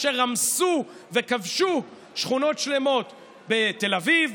אשר רמסו וכבשו שכונות שלמות בתל אביב,